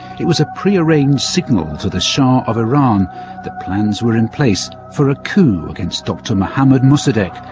it was a prearranged signal to the shah of iran that plans were in place for a coup against dr mohamad mossadeq,